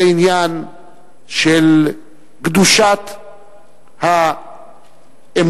זה עניין של קדושת האמונה,